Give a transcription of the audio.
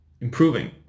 improving